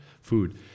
food